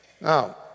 Now